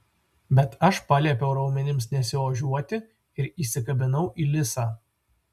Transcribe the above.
bet aš paliepiau raumenims nesiožiuoti ir įsikabinau į lisą